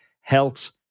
health